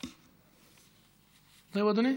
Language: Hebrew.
זהו, אדוני.